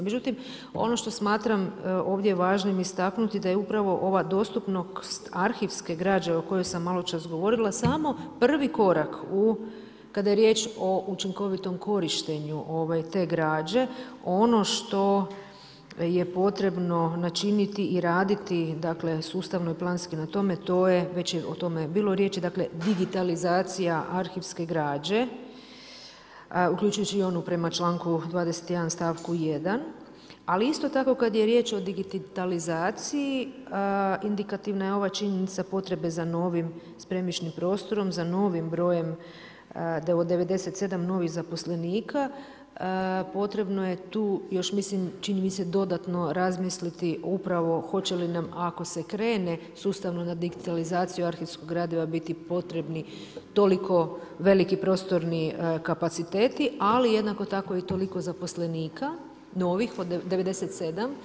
Međutim ono što smatram ovdje važnim istaknuti da je upravo ova dostupnost arhivske građe o kojoj sam maločas govorila, samo prvi korak u kada je riječ o učinkovitom korištenju te građe, ono što je potrebno, načiniti i raditi, dakle, sustavno i planski na tome, to je već je o tome bilo riječi, dakle, digitalizacija arhivske građe, uključujući i onu prema čl. 21. stavku 1. Ali isto tako, kada je riječ o digitalizaciji, indikativna je ova činjenica potreba za novim spremišnim prostorom, za novim brojem, 97 novih zaposlenika, potrebno je tu, još mislim, čini mi se, dodatno razmisliti upravo hoće li nam, ako se krene sustavno na digitalizaciju arhivskog gradiva, biti toliko veliki prostorni kapaciteti, ali jednako tako i toliko zaposlenika, novih, 97.